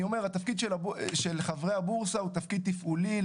אני אומר שהתפקיד של חברי הבורסה הוא תפקיד תפעולי,